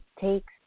takes